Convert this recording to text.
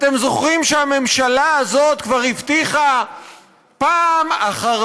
אתם זוכרים שהממשלה הזאת כבר הבטיחה פעם אחר